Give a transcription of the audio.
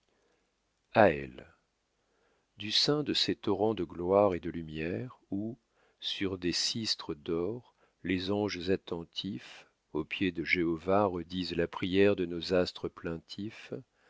a elle du sein de ces torrents de gloire et de lumière où sur des sistres d'or les anges attentifs aux pieds de jéhova redisent la prière de nos astres